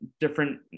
different